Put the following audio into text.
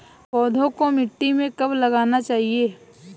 पौधों को मिट्टी में कब लगाना चाहिए?